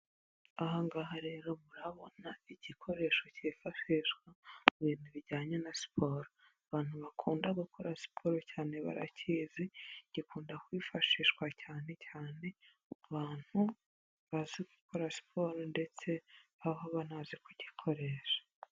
Aha ngaha rero murahabona igikoresho cyifashishwa mu bintu bijyanye na siporo, abantu bakunda gukora siporo cyane barakizi, gikunda kwifashishwa cyane cyane ku bantu bazi gukora siporo ndetse aho baba banazi kugikoresha.